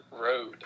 Road